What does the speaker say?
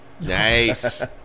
Nice